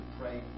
pray